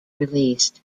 released